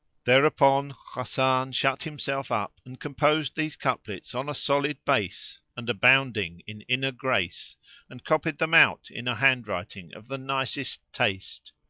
thereupon hasan shut himself up and composed these couplets on a solid base and abounding in inner grace and copies them out in a hand-writing of the nicest taste.